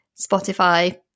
Spotify